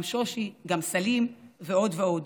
גם שושי, גם סלין ועוד ועוד.